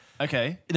Okay